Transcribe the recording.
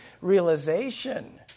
realization